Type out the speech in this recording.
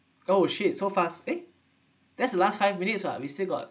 oh shit so fast eh that's the last five minutes [what] we still got